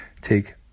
take